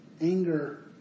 Anger